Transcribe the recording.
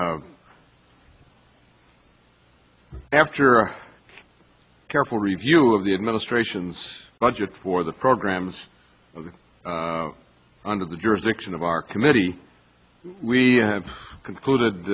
after a careful review of the administration's budget for the programs of the under the jurisdiction of our committee we have concluded